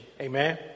Amen